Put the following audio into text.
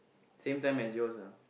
same time as yours ah